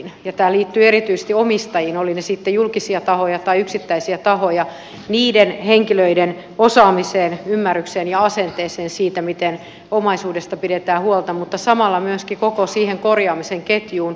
tämä liittyy erityisesti omistajiin olivat ne sitten julkisia tahoja tai yksittäisiä tahoja niiden henkilöiden osaamiseen ymmärrykseen ja asenteeseen siitä miten omaisuudesta pidetään huolta mutta samalla myöskin koko siihen korjaamisen ketjuun